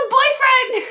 boyfriend